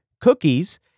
cookies